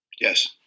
Yes